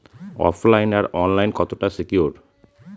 ওফ line আর online কতটা secure?